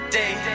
day